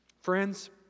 Friends